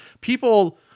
people